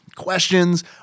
questions